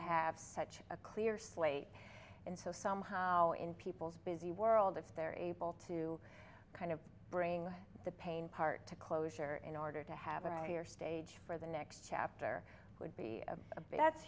have such a clear slate and so somehow in people's busy world if they're able to kind of bring the pain part to closure in order to have a stage for the next chapter would be a big that's